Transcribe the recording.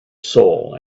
soul